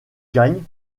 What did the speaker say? gagne